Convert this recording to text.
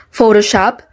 Photoshop